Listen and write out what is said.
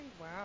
Wow